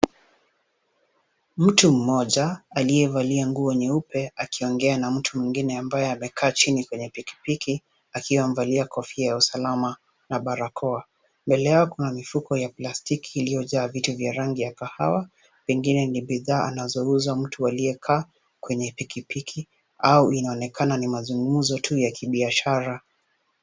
Mtu mmoja aliyevalia nguo nyeupe akiongea na mtu ambaye amekaa chini kwenye pikipiki akiwa amevalia kofia ya usalama na barakoa. Mbele yao kuna mifuko ya plastiki iliyojaa vitu vya rangi ya kahawa pengine ni bidhaa anazouza mtu aliyekaa kwenye pikipiki au inaonekana ni mazungumzo tu ya kibiashara.